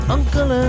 Uncle